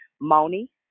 Moni